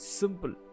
simple